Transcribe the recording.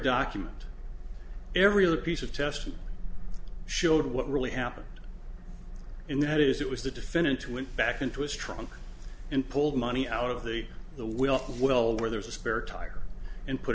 document every other piece of test showed what really happened in that is it was the defendant who went back into his trunk and pulled money out of a the will of well where there's a spare tire and put